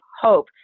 hope